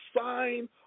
sign